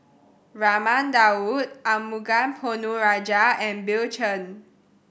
Raman Daud Arumugam Ponnu Rajah and Bill Chen